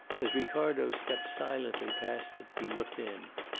as ricardo stepped silently past it, he looked in.